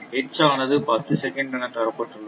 H ஆனது 10 second எனத் தரப்பட்டுள்ளது